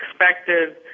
expected